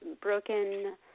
broken